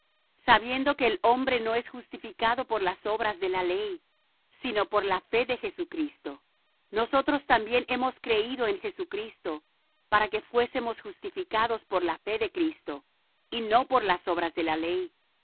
sabiendo que el hombre no es justificado por las obras de la ley sino por la fe de jesucristo nosotros también hemos creído en jesucristo para que fuésemos justificados por la fe de cristo y no por las obras de la ley